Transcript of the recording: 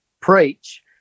preach